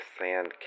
sand